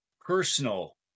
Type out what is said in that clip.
personal